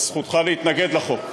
אז זכותך להתנגד לחוק.